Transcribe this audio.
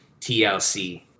TLC